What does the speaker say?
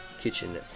Kitchen